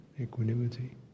Equanimity